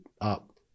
up